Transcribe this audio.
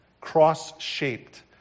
cross-shaped